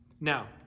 Now